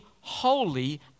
holy